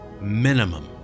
minimum